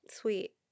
Sweet